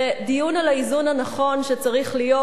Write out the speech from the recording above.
זה דיון על האיזון הנכון שצריך להיות,